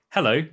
Hello